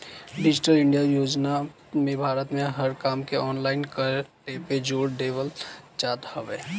digital India योजना में भारत में हर काम के ऑनलाइन कईला पे जोर देवल जात हवे